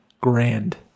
grand